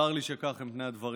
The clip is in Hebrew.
צר לי שכאלה הם פני הדברים.